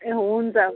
ए हुन्छ